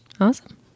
Awesome